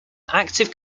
active